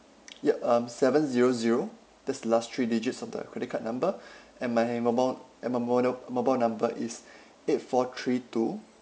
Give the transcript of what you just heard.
yup um seven zero zero that's the last three digits of the credit card number and my mobile and my mobile mobile number is eight four three two